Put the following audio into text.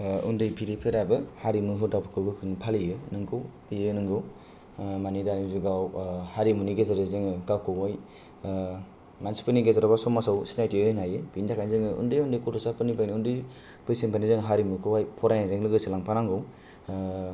उन्दै बिदैफोराबो हारिमु हुदाफोरखौ रोखोमै फालियो नंगौ बेयो नंगौ मानि दानि जुगाव हारिमुनि गेजेरै जोङो गावखौहाय मानसिफोरनि गेजेराव बा समाजआव सिनायथि होनो हायो बिनि थाखायनो जोङो उन्दै उन्दै गथ'साफोरनिफ्राय उन्दै बैसोनिबायदि जोङो हारिमुखौ फरायनायजों लागोसे लांफानांगौ